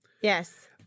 Yes